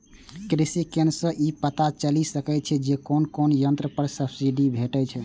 कृषि केंद्र सं ई पता चलि सकै छै जे कोन कोन यंत्र पर सब्सिडी भेटै छै